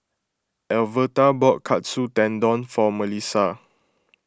Alverta bought Katsu Tendon for Melissa